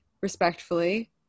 Respectfully